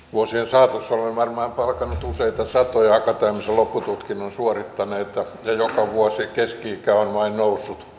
vuosien saatossa olen varmaan palkannut useita satoja akateemisen loppututkinnon suorittaneita ja joka vuosi keski ikä on vain noussut